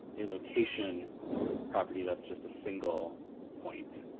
a location property that's just a single point.